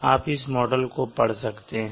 आप इस मॉडल को पढ़ सकते हैं